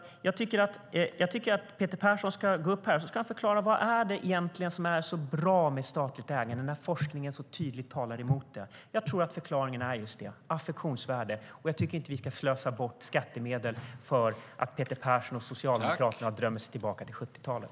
Jag tycker att Peter Persson ska gå upp här och förklara varför statligt ägande är så bra när det finns forskning som tydligt talar emot det. Jag tror att förklaringen är just affektionsvärde. Jag tycker inte att vi ska slösa bort skattemedel för att Peter Persson och Socialdemokraterna drömmer sig tillbaka till 70-talet.